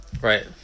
right